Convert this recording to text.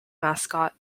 mascot